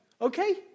Okay